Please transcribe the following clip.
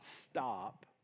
stop